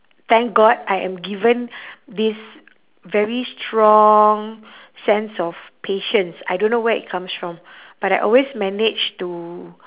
thank god I am given this very strong sense of patience I don't know where it comes from but I always manage to